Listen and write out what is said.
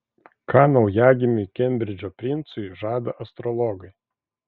ką naujagimiui kembridžo princui žada astrologai